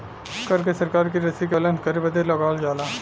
कर के सरकार की रशी के बैलेन्स करे बदे लगावल जाला